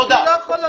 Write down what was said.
תודה.